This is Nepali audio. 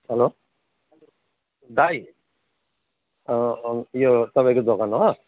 हेलो दाइ यो तपाईँको दोकान हो